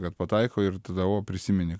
kad pataiko ir tada o prisimeni